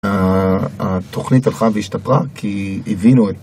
התוכנית הלכה והשתפרה, כי הבינו את...